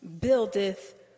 buildeth